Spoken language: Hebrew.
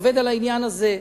ועובד על העניין הזה,